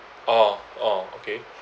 orh orh okay